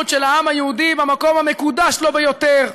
של העם היהודי במקום המקודש לו ביותר,